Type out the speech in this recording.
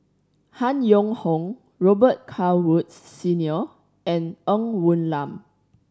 Han Yong Hong Robet Carr Woods Senior and Ng Woon Lam